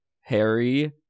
Harry